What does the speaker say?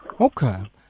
Okay